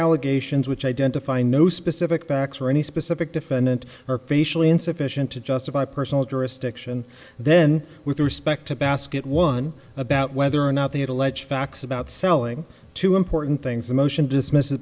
allegations which identify no specific backs or any specific defendant or facially insufficient to justify personal jurisdiction then with respect to basket one about whether or not they had alleged facts about selling two important things the motion dismiss